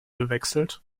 gewechselt